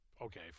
okay